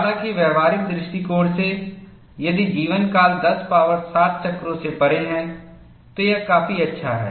हालांकि व्यावहारिक दृष्टिकोण से यदि जीवनकाल 10 पॉवर 7 चक्रों से परे है तो यह काफी अच्छा है